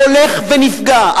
הולך ונפגע.